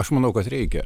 aš manau kad reikia